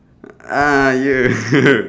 !aiya! her